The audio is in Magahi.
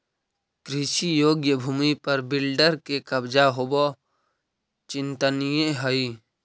कृषियोग्य भूमि पर बिल्डर के कब्जा होवऽ चिंतनीय हई